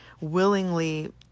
willingly